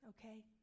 okay